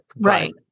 Right